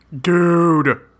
Dude